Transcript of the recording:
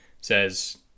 says